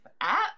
app